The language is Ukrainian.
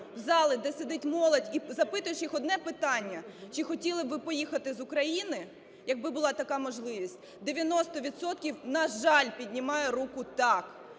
в зали, де сидить молодь, і запитуєш їх одне питання, чи хотіли б ви поїхати з України, якби була така можливість, 90 відсотків, на жаль, піднімає руку "так".